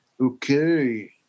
Okay